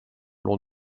long